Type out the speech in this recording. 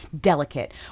Delicate